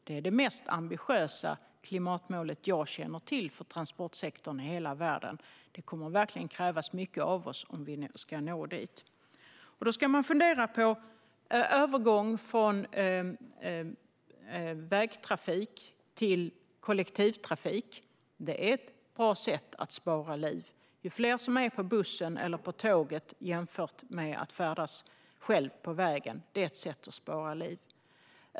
Det är det mest ambitiösa klimatmål jag känner till för transportsektorn i hela världen, och det kommer verkligen att krävas mycket av oss om vi ska nå dit. Då ska man fundera på övergång från vägtrafik till kollektivtrafik. Det är ett bra sätt att spara liv. Ju fler som är på bussen eller på tåget i stället för att färdas själva på vägen, desto fler liv spar vi.